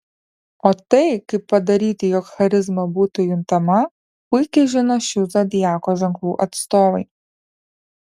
o tai kaip padaryti jog charizma būtų juntama puikiai žino šių zodiako ženklų atstovai